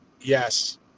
Yes